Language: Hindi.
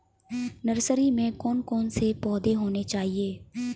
नर्सरी में कौन कौन से पौधे होने चाहिए?